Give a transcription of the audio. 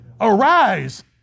Arise